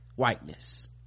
whiteness